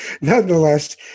nonetheless